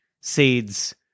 seeds